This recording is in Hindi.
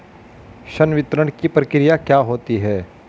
संवितरण की प्रक्रिया क्या होती है?